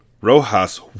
Rojas